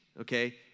okay